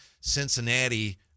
Cincinnati